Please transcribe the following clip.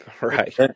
Right